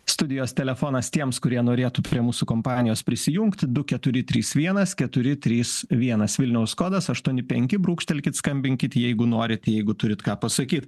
studijos telefonas tiems kurie norėtų prie mūsų kompanijos prisijungti du keturi trys vienas keturi trys vienas vilniaus kodas aštuoni penki brūkštelkit skambinkit jeigu norit jeigu turit ką pasakyt